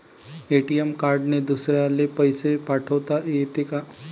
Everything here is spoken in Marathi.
ए.टी.एम कार्डने दुसऱ्याले पैसे पाठोता येते का?